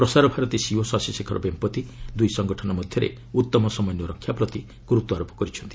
ପ୍ରସାର ଭାରତୀ ସିଇଓ ଶଶି ଶେଖର ବେମ୍ପତି ଦୁଇ ସଂଗଠନ ମଧ୍ୟରେ ଉତ୍ତମ ସମନ୍ୱୟ ରକ୍ଷା ପ୍ରତି ଗୁରୁତ୍ୱାରୋପ କରିଛନ୍ତି